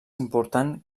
important